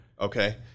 Okay